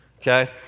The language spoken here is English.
okay